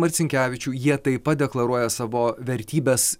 marcinkevičių jie taip pat deklaruoja savo vertybes